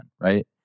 right